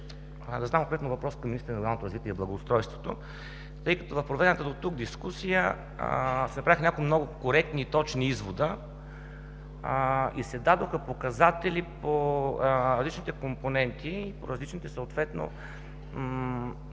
Ще задам конкретен въпрос към министъра на регионалното развитие и благоустройството, тъй като в проведената до тук дискусия се направиха някои много конкретни и точни изводи и се дадоха показатели по личните компоненти, по различните съответно